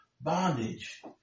bondage